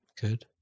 good